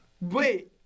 Wait